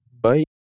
Bye